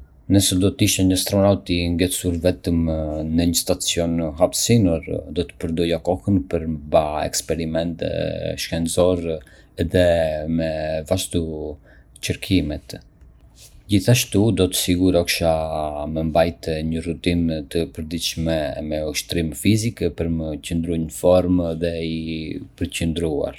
Nëse do të isha një astronaut i ngecur vetëm në një stacion hapësinor, do ta përdorja kohën për me ba eksperimente shkencore edhe me vazhdu kërkimet. Gjithashtu, do të sigurohesha me mbajtë një rutinë të përditshme me ushtrime fizike për me qëndru në formë dhe i përqendruar.